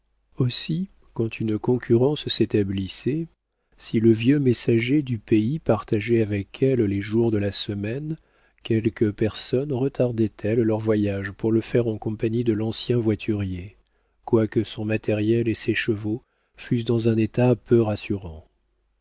aussi quand une concurrence s'établissait si le vieux messager du pays partageait avec elle les jours de la semaine quelques personnes retardaient elles leur voyage pour le faire en compagnie de l'ancien voiturier quoique son matériel et ses chevaux fussent dans un état peu rassurant